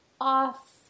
off